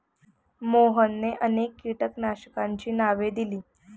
मोहनने अनेक कीटकनाशकांची नावे दिली